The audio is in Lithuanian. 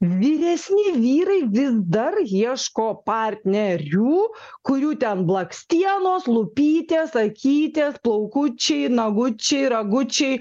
vyresni vyrai vis dar ieško partnerių kurių ten blakstienos lūpytės akytės plaukučiai nagučiai ragučiai